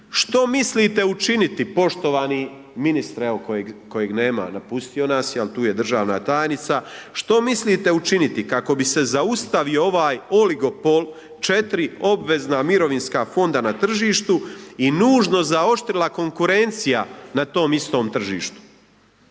Što mislite učiniti poštovani ministre, evo kojeg nema, napustio nas je, ali tu je državna tajnica, što mislite učiniti kako bi se zaustavio ovaj oligopol četiri obvezna mirovinska fonda na tržištu i nužno zaoštrila konkurencija na tom istom tržištu.